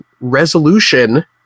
resolution